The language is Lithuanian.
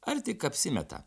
ar tik apsimeta